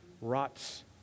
rots